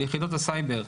של יחידות הסייבר,